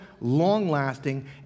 long-lasting